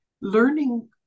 learning